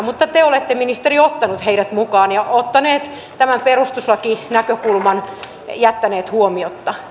mutta te olette ministeri ottanut heidät mukaan ja tämän perustuslakinäkökulman jättänyt huomiotta